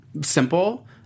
simple